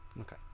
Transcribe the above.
Okay